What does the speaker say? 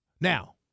Now